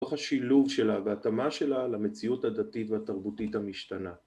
תוך השילוב שלה והתאמה שלה למציאות הדתית והתרבותית המשתנה